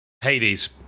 Hades